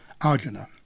Arjuna